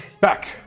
Back